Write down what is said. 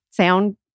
sound